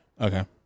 Okay